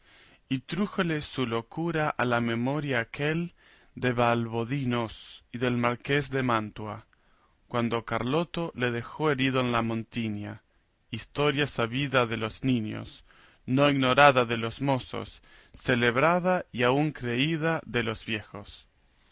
y trújole su locura a la memoria aquel de valdovinos y del marqués de mantua cuando carloto le dejó herido en la montiña historia sabida de los niños no ignorada de los mozos celebrada y aun creída de los viejos